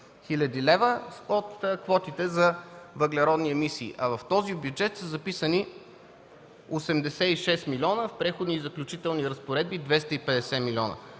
от квотите за въглеродни емисии, а в този бюджет са записани 86 милиона, а в Преходни и заключителни разпоредби – 250 милиона.